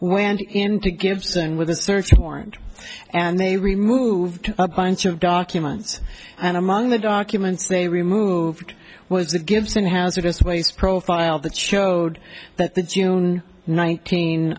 went into gibson with a search warrant and they removed a bunch of documents and among the documents they removed was the gibson hazardous waste profile that showed that the june nineteen